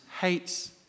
hates